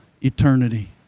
eternity